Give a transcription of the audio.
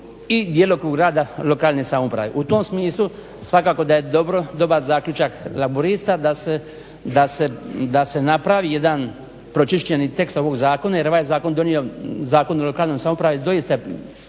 i djelokrug rada lokalne samouprave. U tom smislu svakako da je dobar zaključak laburista da se napravi jedan pročišćeni tekst ovog zakona jer je ovaj zakon donio Zakon o lokalnoj samoupravi doista